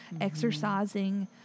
exercising